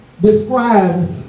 describes